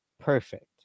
perfect